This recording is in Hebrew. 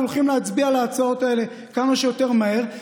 אנחנו הולכים להצביע על ההצעות האלה כמה שיותר מהר,